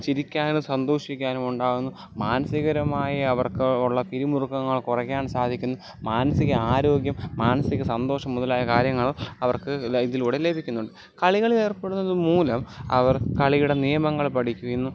ചിരിക്കാനും സന്തോഷിക്കാനുമുണ്ടാവുന്നു മാനസ്സികപരമായി അവർക്ക് ഉള്ള പിരിമുറുക്കങ്ങൾ കുറയ്ക്കാൻ സാധിക്കുന്നു മാനസ്സിക ആരോഗ്യം മാനസ്സിക സന്തോഷം മുതലായ കാര്യങ്ങളും അവർക്ക് ഇല്ല ഇതിലൂടെ ലഭിക്കുന്നു കളികളിലേർപ്പെടുന്നത് മൂലം അവർ കളിയുടെ നിയമങ്ങൾ പഠിക്കുന്നു